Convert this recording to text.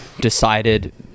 decided